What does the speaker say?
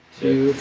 two